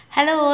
Hello